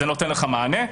נדמה לי,